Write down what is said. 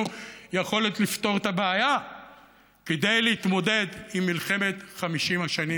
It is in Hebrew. אין יכולת לפתור את הבעיה כדי להתמודד עם מלחמת 50 השנים,